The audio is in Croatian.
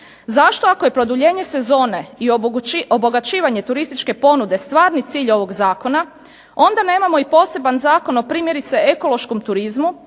Zašto ako je produljenje sezone i obogaćivanje turističke ponude stvari cilj ovog zakona onda nemamo i poseban Zakon o primjerice ekološkom turizmu